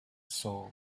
soul